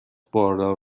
باردار